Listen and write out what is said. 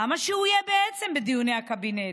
למה שהוא יהיה בעצם בדיוני הקבינט?